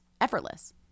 Effortless